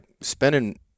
spending